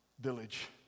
village